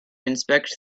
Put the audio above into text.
inspect